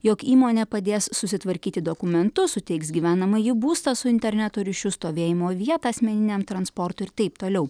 jog įmonė padės susitvarkyti dokumentus suteiks gyvenamąjį būstą su interneto ryšiu stovėjimo vietą asmeniniam transportui ir taip toliau